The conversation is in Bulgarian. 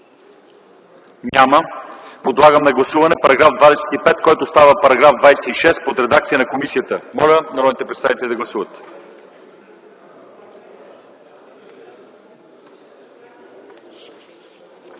Няма. Подлагам на гласуване § 18, който става § 19 по редакция на комисията. Моля, народните представители да гласуват.